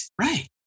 right